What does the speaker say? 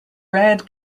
red